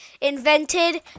invented